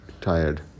tired